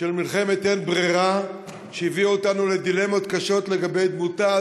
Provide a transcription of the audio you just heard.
של מלחמת אין-ברירה שהביאה אותנו לדילמות קשות לגבי דמותה,